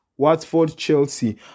Watford-Chelsea